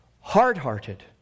hard-hearted